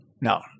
No